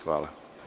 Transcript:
Hvala.